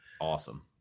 Awesome